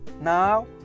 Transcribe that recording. now